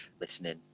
listening